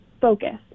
focus